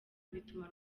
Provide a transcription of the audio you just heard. bituma